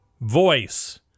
voice